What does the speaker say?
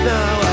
Now